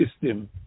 system